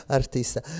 artista